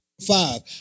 Five